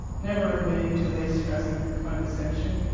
never omitting to lay stress on her condescension.